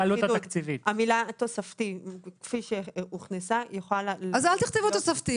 המילה "תוספתי" כפי שהוכנסה יכולה ל --- אז אל תכתבו "תוספתי".